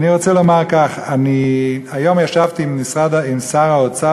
אני רוצה לומר כך: היום ישבתי עם שר האוצר